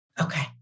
Okay